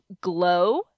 GLOW